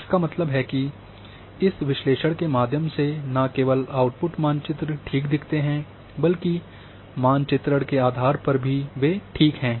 इसका मतलब है कि इस विश्लेषण के माध्यम से न केवल आउटपुट मानचित्र ठीक दिखते हैं बल्कि मान चित्रण के आधार पर भी वे ठीक हैं